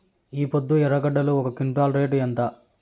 ఈపొద్దు ఎర్రగడ్డలు ఒక క్వింటాలు రేటు ఎంత?